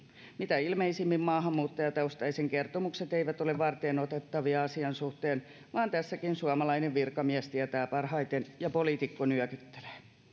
mitä ilmeisimmin maahanmuuttajataustaisten kertomukset eivät ole varteenotettavia asian suhteen vaan tässäkin suomalainen virkamies tietää parhaiten ja poliitikko nyökyttelee